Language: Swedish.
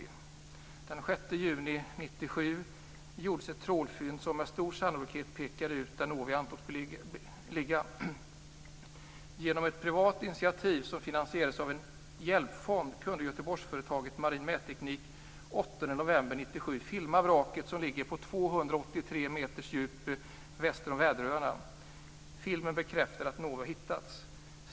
Den 6 juni 1997 gjordes ett trålfynd som med stor sannolikhet pekade ut platsen där Novi antogs ligga. Genom ett privat initiativ som finansierades av en hjälpfond kunde Göteborgsföretaget Marin Mätteknik den 8 november 1997 filma vraket som ligger på 283 meters djup väster om Väderöarna. Filmen bekräftar att Novi hittats.